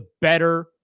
better